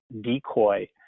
decoy